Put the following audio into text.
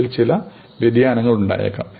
ഇതിൽ ചില വ്യതിയാനങ്ങൾ ഉണ്ടായേക്കാം